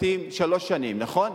שלוש שנים, נכון?